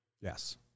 Yes